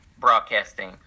Broadcasting